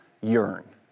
yearn